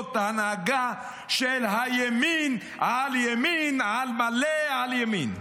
שזאת הנהגה של הימין על ימין, על מלא, על ימין.